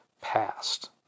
past